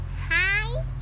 Hi